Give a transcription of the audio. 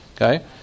Okay